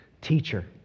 Teacher